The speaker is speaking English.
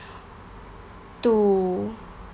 to